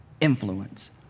influence